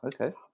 okay